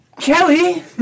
Kelly